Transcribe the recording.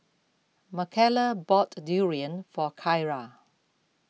Makayla bought Durian for Kyra